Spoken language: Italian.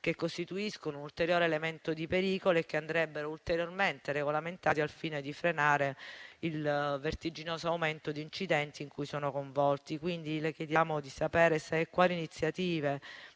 che costituiscono un ulteriore elemento di pericolo e che andrebbero ulteriormente regolamentati al fine di frenare il vertiginoso aumento di incidenti in cui sono coinvolti. Le chiediamo pertanto di sapere se e quali iniziative